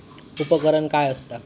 उपकरण काय असता?